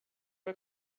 jak